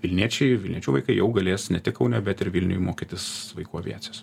vilniečiai vilniečių vaikai jau galės ne tik kaune bet ir vilniuj mokytis vaikų aviacijos